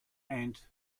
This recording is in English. and